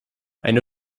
eine